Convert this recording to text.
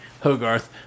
Hogarth